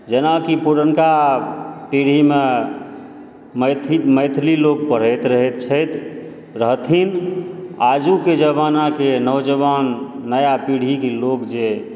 जेनाकि पुरनका पीढ़ीमे मैथिली लोक पढ़ैत रहइत छथि रहथिन आजुके जमानाके नौजवान नया पीढ़ीके लोक जे